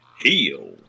Heal